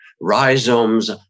rhizomes